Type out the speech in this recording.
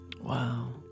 Wow